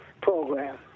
program